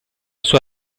sua